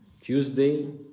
Tuesday